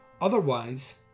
Otherwise